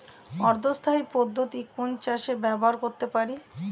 অর্ধ স্থায়ী পদ্ধতি কোন চাষে ব্যবহার করতে পারি?